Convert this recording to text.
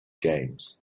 games